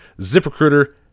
ZipRecruiter